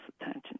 attention